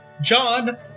John